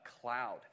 cloud